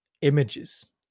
images